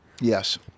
Yes